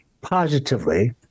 positively